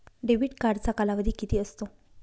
Debit कार्डचा कालावधी किती असतो?